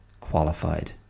qualified